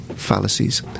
fallacies